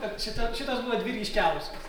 bet šita šitos buvo dvi ryškiausios